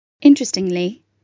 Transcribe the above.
Interestingly